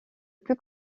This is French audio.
plus